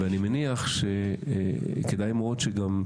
ואני מניח שכדאי מאוד שגם,